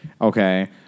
Okay